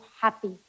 happy